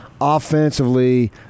offensively